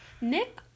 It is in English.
Nick